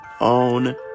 own